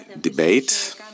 debate